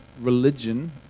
religion